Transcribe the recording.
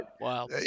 Wow